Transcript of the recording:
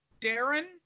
Darren